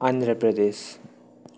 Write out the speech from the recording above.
Andhra Pradesh